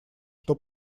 что